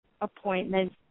appointment